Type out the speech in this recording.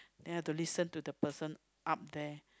then I have to listen to the person up there